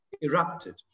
erupted